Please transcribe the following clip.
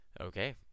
okay